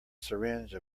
syringe